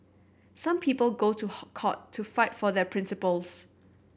some people go to hot court to fight for their principles